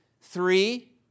three